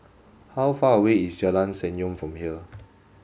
how far away is Jalan Senyum from here